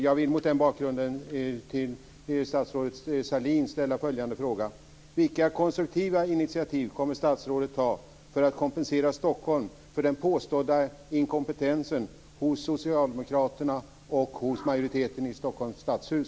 Jag vill mot den bakgrunden till statsrådet Sahlin ställa följande fråga: Vilka konstruktiva initiativ kommer statsrådet att ta för att kompensera Stockholm för den påstådda inkompetensen hos Socialdemokraterna och hos majoriteten i Stockholms stadshus?